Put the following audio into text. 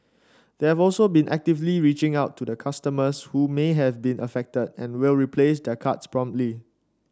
they have also been actively reaching out to customers who may have been affected and will replace their cards promptly